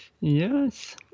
Yes